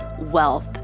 wealth